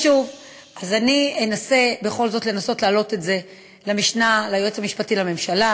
אני אנסה בכל זאת לנסות להעלות את זה למשנה ליועץ המשפטי לממשלה.